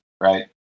right